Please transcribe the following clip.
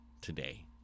today